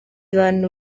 bantu